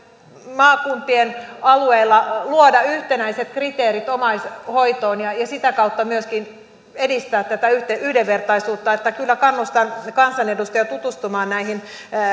maakuntien alueilla luoda yhtenäiset kriteerit omaishoitoon ja ja sitä kautta myöskin edistää tätä yhdenvertaisuutta kyllä kannustan kansanedustajia tutustumaan näihin